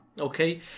Okay